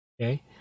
okay